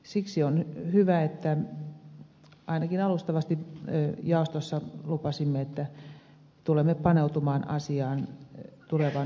siksi on hyvä että ainakin alustavasti jaostossa lupasimme että tulemme paneutumaan asiaan tulevan budjetin puitteissa tarkemmin